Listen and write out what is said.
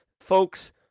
folks